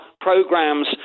programs